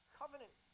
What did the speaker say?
covenant